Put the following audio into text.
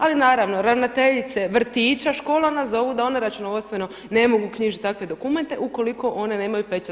Ali naravno ravnateljice vrtića, škola nas zovu da one računovodstveno ne mogu knjižiti takve dokumente ukoliko one nemaju pečat.